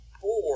four